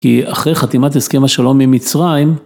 כי אחרי חתימת הסכם השלום עם מצרים.